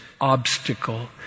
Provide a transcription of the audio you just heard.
obstacle